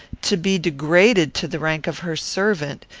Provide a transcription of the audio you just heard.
to be degraded to the rank of her servant,